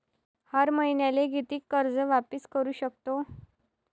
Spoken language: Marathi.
हर मईन्याले कितीक कर्ज वापिस करू सकतो?